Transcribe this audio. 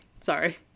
sorry